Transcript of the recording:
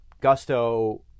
Gusto